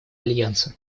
альянса